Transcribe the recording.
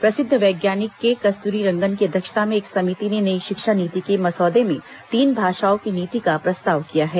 प्रसिद्ध वैज्ञानिक के कस्तूरीरंगन की अध्यक्षता में एक समिति ने नई शिक्षा नीति के मसौदे में तीन भाषाओं की नीति का प्रस्ताव किया है